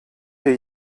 hier